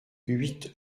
huit